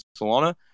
Solana